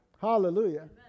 Hallelujah